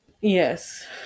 Yes